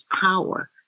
power